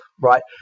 right